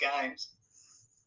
games